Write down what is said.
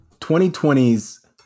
2020's